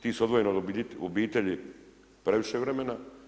Ti su odvojeni od obitelji previše vremena.